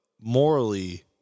Morally